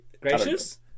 Gracious